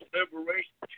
Liberation